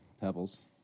pebbles